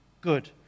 good